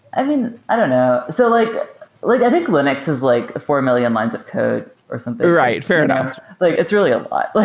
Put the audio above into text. i mean, i don't know. so like like i think linux is like four million lines of code or something right. fair enough like it's really a lot. like